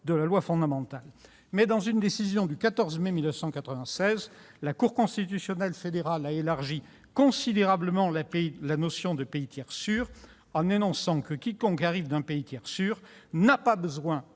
appel au précédent. Mais, dans une décision du 14 mai 1996, la Cour constitutionnelle fédérale a élargi considérablement la notion de pays tiers sûr, ... C'est vrai !... en énonçant que « quiconque arrive d'un pays tiers sûr n'a pas besoin